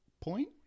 point